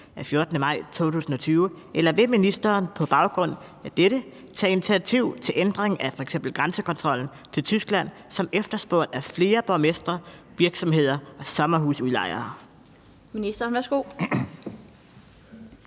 af 14. maj 2020, eller vil ministeren på baggrund af dette tage initiativ til ændring af f.eks. grænsekontrollen til Tyskland som efterspurgt af flere borgmestre, virksomheder og sommerhusudlejere?